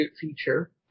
feature